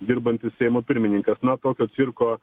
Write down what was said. dirbantis seimo pirmininkas na tokio cirko